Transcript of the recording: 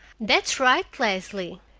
that's right, leslie,